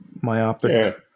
myopic